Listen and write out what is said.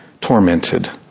tormented